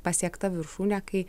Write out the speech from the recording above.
pasiekta viršūnė kai